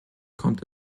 kommt